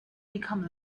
become